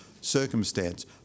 circumstance